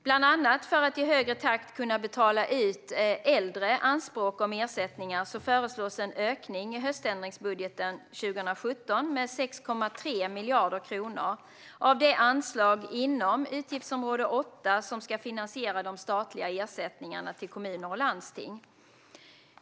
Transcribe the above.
Bland annat för att i högre takt kunna betala ut äldre anspråk om ersättningar föreslår man en ökning i höständringsbudgeten 2017 med 6,3 miljarder kronor av det anslag inom utgiftsområde 8 som ska finansiera de statliga ersättningarna till kommuner och landsting.